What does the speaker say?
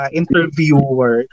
interviewer